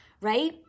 right